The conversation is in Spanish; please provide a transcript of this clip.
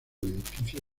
edificio